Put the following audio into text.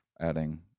adding